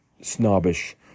snobbish